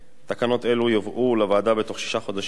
תקנות אלו יובאו לוועדה בתוך שישה חודשים מיום